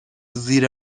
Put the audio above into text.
زیر